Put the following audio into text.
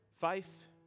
faith